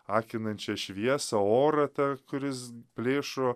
akinančią šviesą orą ta kuris plėšo